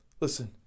listen